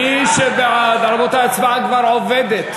מי שבעד, רבותי, ההצבעה כבר עובדת.